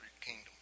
kingdom